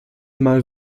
mal